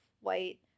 white